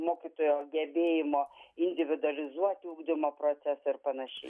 mokytojo gebėjimo individualizuoti ugdymo procesą ir panašiai